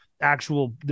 actual